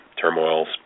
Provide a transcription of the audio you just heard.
turmoils